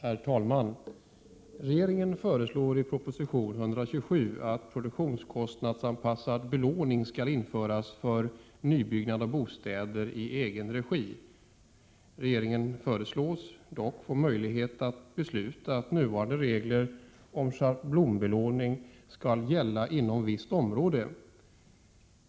Herr talman! Regeringen föreslår i propositionen 1987/88:127 att produktionskostnadsanpassad belåning skall införas för nybyggnad av bostäder i egen regi. Regeringen föreslås dock få möjlighet att besluta att nuvarande regler om schablonbelåning skall gälla ”för visst område”.